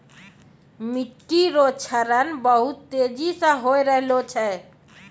मिट्टी रो क्षरण बहुत तेजी से होय रहलो छै